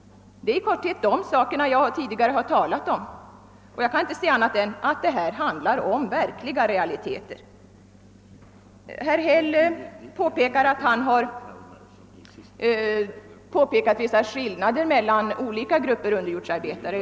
Det är dessa frågor som jag har talat om, och jag kan inte se annat än att de handlar om realiteter. Herr Häll påpekade att han hade påvisat vissa skillnader mellan olika grupper underjordsarbetare.